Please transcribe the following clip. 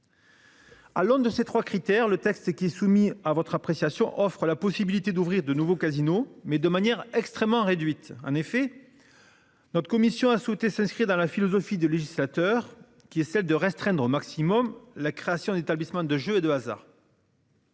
À l'aune de ces trois critères, le texte qui est soumis à votre appréciation offrent la possibilité d'ouvrir de nouveaux casinos mais de manière extrêmement réduite en effet. Notre commission a souhaité s'inscrit dans la philosophie de législateur qui est celle de restreindre au maximum la création d'établissements de jeux et de hasard.